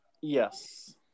Yes